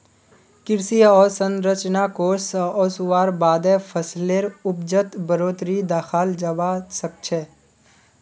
कृषि अवसंरचना कोष ओसवार बादे फसलेर उपजत बढ़ोतरी दखाल जबा सखछे